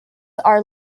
are